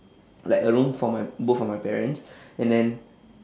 like a room for my both of my parents and then